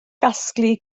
gasglu